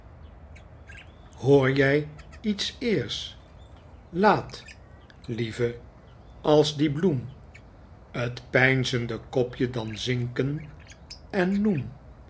hoor jij iets aers laat lieve als die bloem t peinzende kopjen dan zinken en noem